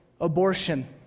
Abortion